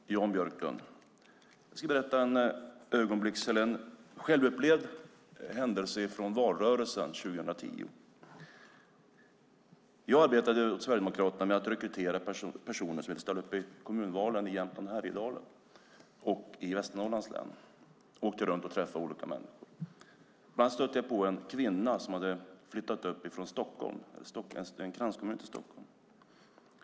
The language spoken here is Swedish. Fru talman! Jan Björklund! Jag ska berätta en självupplevd händelse från valrörelsen 2010. Jag arbetade åt Sverigedemokraterna med att rekrytera personer som ville ställa upp i kommunvalen i Jämtland och Härjedalen samt i Västernorrlands län. Jag åkte runt och träffade olika människor. Bland annat stötte jag på en kvinna som hade flyttat upp från en kranskommun till Stockholm.